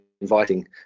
inviting